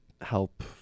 help